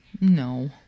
No